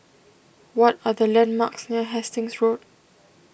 what are the landmarks near Hastings Road